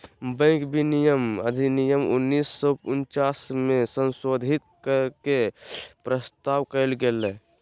bank विनियमन अधिनियम उन्नीस सौ उनचास के संशोधित कर के के प्रस्ताव कइल गेलय